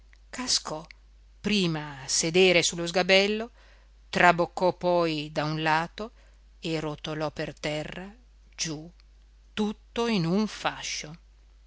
cascò prima a sedere su lo sgabello traboccò poi da un lato e rotolò per terra giù tutto in un fascio